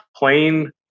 Plain